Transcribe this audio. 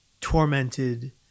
tormented